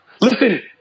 Listen